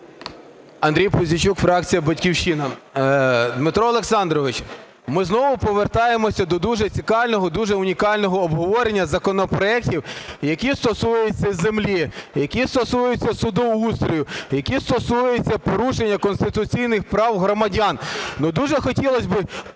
Андрій Пузійчук, фракція "Батьківщина". Дмитро Олександрович, ми знову повертаємося до дуже цікавого, дуже унікального обговорення законопроектів, які стосуються землі, які стосуються судоустрою, які стосуються порушення конституційних прав громадян.